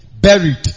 Buried